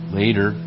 later